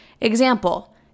Example